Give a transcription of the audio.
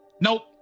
Nope